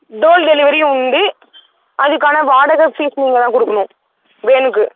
toll டெலிவரியும் உண்டு அதுக்கான வாடகை ஃபீஸ் நீங்கள்தான் கொடுக்கணும் வேனுக்கு